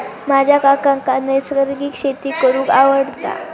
माझ्या काकांका नैसर्गिक शेती करूंक आवडता